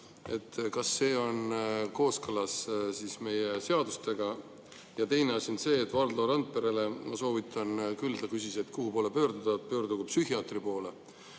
Kas see on kooskõlas meie seadustega? Ja teine asi on see, et Valdo Randperele ma soovitan küll – ta küsis, kuhu pöörduda – pöörduda psühhiaatri poole.